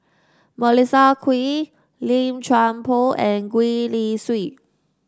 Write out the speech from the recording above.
Melissa Kwee Lim Chuan Poh and Gwee Li Sui